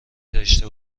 داشته